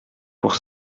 pour